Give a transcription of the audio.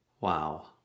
Wow